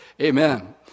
Amen